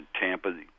Tampa